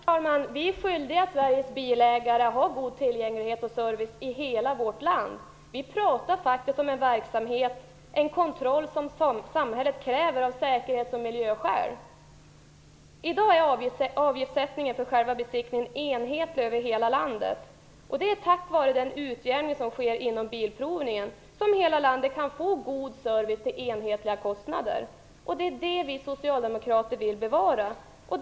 Herr talman! Vi är skyldiga Sveriges bilägare att ha god tillgänglighet och service i hela vårt land. Vi talar faktiskt om en kontrollverksamhet som samhället kräver av säkerhets och miljöskäl. I dag är avgiftssättningen för själva besiktningen enhetlig över hela landet. Det är tack vare den utjämning som sker inom bilprovningen som hela landet kan få god service till enhetliga kostnader. Det är detta vi socialdemokrater vill bevara.